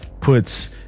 puts